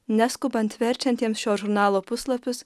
neskubant verčiantiems šio žurnalo puslapius